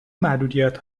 محدودیت